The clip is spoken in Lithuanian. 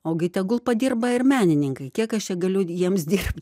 ogi tegul padirba ir menininkai kiek aš čia galiu jiems dirbt